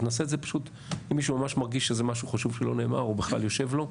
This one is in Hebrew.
אם מישהו ממש מרגיש שזה משהו חשוב שלא נאמר או בכלל "יושב" לו.